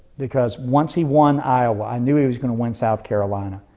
because once he won iowa i knew he was going to win south carolina,